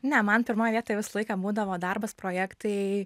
ne man pirmoj vietoj visą laiką būdavo darbas projektai